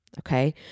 Okay